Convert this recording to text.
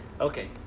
Okay